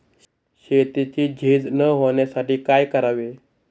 शेतीची झीज न होण्यासाठी काय करावे?